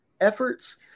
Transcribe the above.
efforts